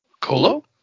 Colo